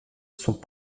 sont